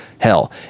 hell